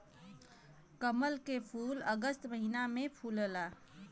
कमल के फूल अगस्त महिना में फुलला